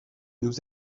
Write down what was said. nous